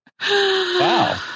wow